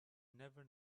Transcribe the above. never